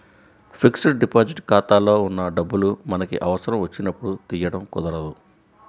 fixed deposit ఖాతాలో ఉన్న డబ్బులు మనకి అవసరం వచ్చినప్పుడు తీయడం కుదరదు